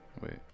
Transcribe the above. Wait